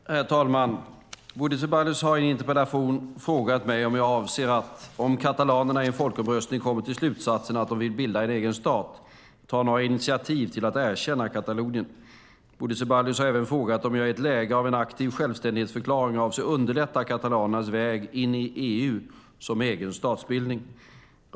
Herr talman! Bodil Ceballos har i en interpellation frågat mig om jag avser att, om katalanerna i en folkomröstning kommer till slutsatsen att de vill bilda en egen stat, ta några initiativ till att erkänna Katalonien. Bodil Ceballos har även frågat om jag i ett läge av en aktiv självständighetsförklaring avser att underlätta katalanernas väg in i EU som egen statsbildning.